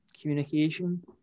communication